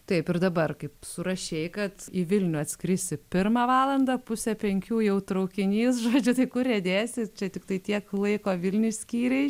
taip ir dabar kaip surašei kad į vilnių atskrisi pirmą valandą pusę penkių jau traukinys žodžiu tai kur riedėsite čia tiktai tiek laiko vilniui skyrei